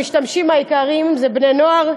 המשתמשים העיקריים זה בני-נוער,